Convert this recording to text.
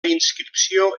inscripció